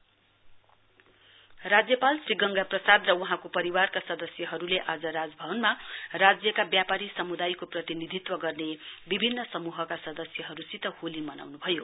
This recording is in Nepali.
गर्वनर होली राज्यपाल श्री गंगा प्रसाद र वहाँको परिवारका सदस्यहरुले आज राजभवनमा राज्यका व्यापारी समुदायको प्रतिनिधित्व गर्ने विभिन्न समूहका सदस्यहरुसित हेली मनाउनुभयो